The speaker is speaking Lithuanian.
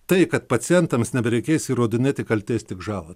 tai kad pacientams nebereikės įrodinėti kaltės tik žalą